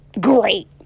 great